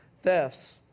thefts